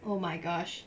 oh my gosh